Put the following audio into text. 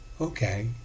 Okay